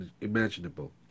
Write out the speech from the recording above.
imaginable